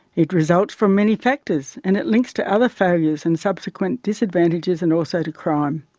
it results from many factors and it links to other failures and subsequent disadvantages and also to crime.